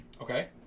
Okay